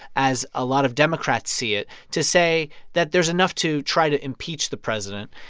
as a lot of democrats see it, to say that there is enough to try to impeach the president.